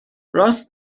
راست